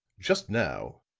just now,